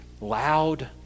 loud